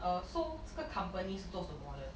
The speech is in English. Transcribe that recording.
uh so 这个 company 是做什么的